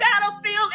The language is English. battlefield